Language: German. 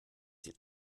sie